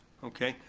okay?